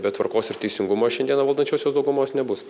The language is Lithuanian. be tvarkos ir teisingumo šiandieną valdančiosios daugumos nebus